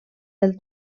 del